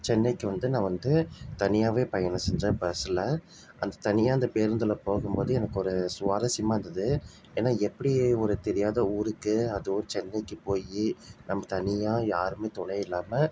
சென்னைக்கு வந்து நான் வந்து தனியாகவே பயணம் செஞ்சேன் பஸ்ஸில் அந்த தனியாக அந்த பேருந்தில் போகும்போது எனக்கு ஒரு சுவாரஸ்யமாக இருந்தது ஏன்னா எப்படி ஒரு தெரியாத ஊருக்கு அதுவும் சென்னைக்கு போய் நம்ம தனியாக யாரும் துணை இல்லாமல்